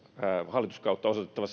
hallituskautta osoitettava